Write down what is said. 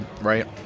right